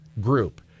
group